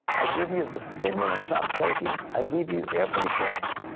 i give you the stimulants i am taking. i give you everything,